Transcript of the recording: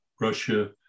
Russia